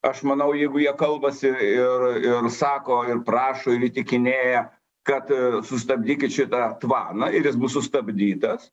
aš manau jeigu jie kalbasi ir ir sako ir prašo ir įtikinėja kad sustabdykit šitą tvaną ir jis bus sustabdytas